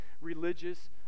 religious